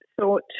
thought